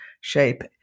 shape